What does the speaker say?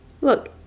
Look